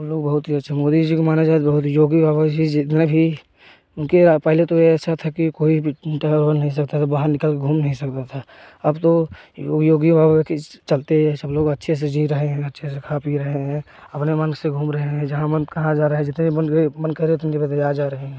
हम लोग बहुत ही अच्छा मोदी जी को माना जाएँ तो बहुत ही योगी बाबा भी जितना भी उनके पहले तो यह ऐसा था की कोई भी टहल वहल नहीं सकता था बाहर निकल के घूम नहीं सकता था अब तो यो योगी बाबा के इस चलते सब लोग अच्छे से जी रहे है अच्छे से खा पी रहे हैं अपने मन से घूम रहे हैं जहाँ मन कहाँ जा रहे हैं जितने मन करे उतने बजे आ जा रहे हैं